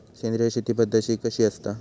सेंद्रिय शेती पद्धत कशी असता?